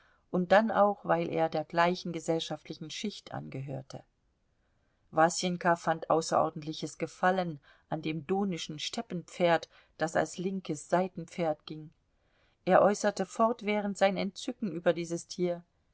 und dann auch weil er der gleichen gesellschaftlichen schicht angehörte wasenka fand außerordentliches gefallen an dem donischen steppenpferd das als linkes seitenpferd ging er äußerte fortwährend sein entzücken über dieses tier